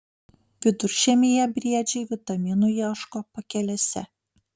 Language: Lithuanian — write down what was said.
viduržiemyje briedžiai vitaminų ieško pakelėse